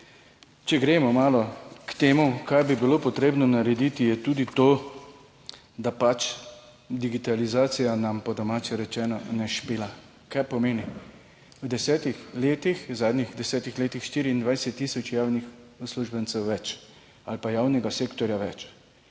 če gremo malo k temu, kaj bi bilo potrebno narediti, je tudi to, da pač digitalizacija nam po domače rečeno ne špila. Kaj pomeni v desetih letih, v zadnjih 10 letih 24 tisoč javnih uslužbencev več ali pa javnega sektorja več